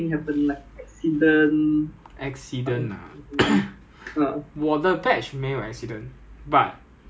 for example 那个的一个是谁 ah 那个在 Wallaby 倒的那个 Da~ 那个 Dav~ Davin ah 还是什么不懂忘记他的名字了 lah